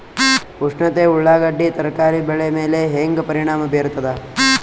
ಉಷ್ಣತೆ ಉಳ್ಳಾಗಡ್ಡಿ ತರಕಾರಿ ಬೆಳೆ ಮೇಲೆ ಹೇಂಗ ಪರಿಣಾಮ ಬೀರತದ?